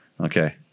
Okay